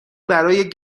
برای